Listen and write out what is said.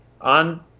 on